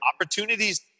opportunities